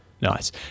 Nice